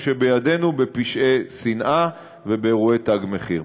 שבידנו בפשעי שנאה ובאירועי תג מחיר.